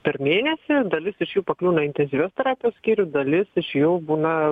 per mėnesį dalis iš jų pakliūna į intensyvios terapijos skyrių dalis iš jų būna